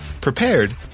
prepared